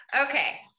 Okay